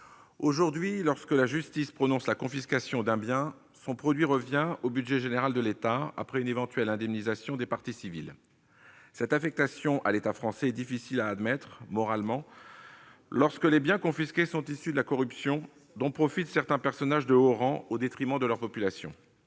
aujourd'hui, lorsque la justice prononce la confiscation d'un bien, le produit de celle-ci revient au budget général de l'État, après une éventuelle indemnisation des parties civiles. Cette affectation à l'État français est moralement difficile à admettre lorsque les biens confisqués sont issus de la corruption dont profitent certains personnages de haut rang au détriment de leur population,